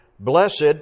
Blessed